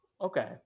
Okay